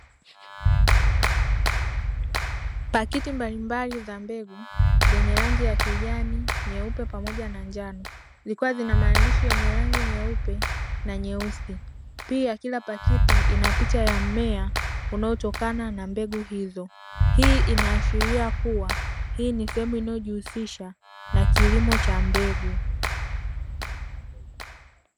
Pakiti mbalimbali za mbegu, zenye rangi ya kijani, nyeupe pamoja na njano, zikiwa zinamaandishi yenye rangi nyeupe na nyeusi, pia kila pakiti inapicha ya mmea unaotokana na mbegu hizo, hiii inaashilia kuwa hii ni sehemu inayojihusisha na kilimo cha mbegu.